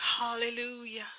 Hallelujah